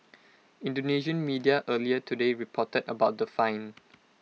Indonesian media earlier today reported about the fine